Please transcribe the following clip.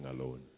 alone